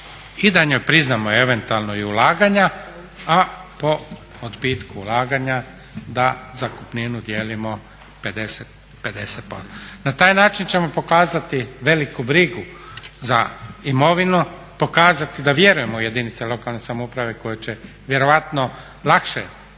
da joj priznamo eventualno i ulaganja, a po odbitku ulaganja da zakupninu dijelimo 50-50. Na taj način ćemo pokazati veliku brigu za imovinu, pokazati da vjerujemo u jedinice lokalne samouprave koje će vjerojatno lakše i